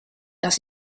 dass